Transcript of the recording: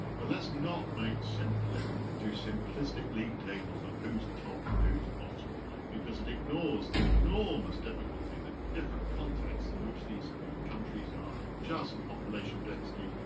but let's not make, do simplistic lead tables of who's top and who's bottom because it ignores the enormous difficulty, the different context in which these countries are, just population density,